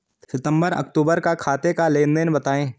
सितंबर अक्तूबर का खाते का लेनदेन बताएं